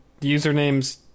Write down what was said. usernames